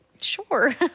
sure